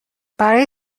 برای